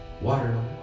water